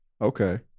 Okay